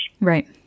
Right